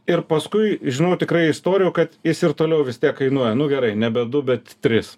ir paskui žinau tikrai istorijų kad jis ir toliau vis tiek kainuoja nu gerai nebe du bet tris